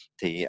Thì